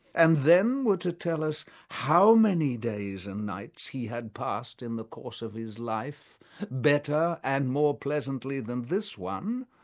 and then were to tell us how many days and nights he had passed in the course of his life better and more pleasantly than this one,